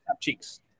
Cheeks